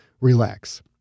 relax